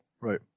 Right